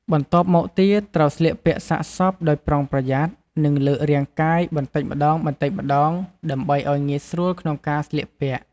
បន្ទាប់មកទៀតត្រូវស្លៀកពាក់សាកសពដោយប្រុងប្រយ័ត្ន និងលើករាងកាយបន្តិចម្ដងៗដើម្បីឱ្យងាយស្រួលក្នុងការស្លៀកពាក់។